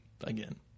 again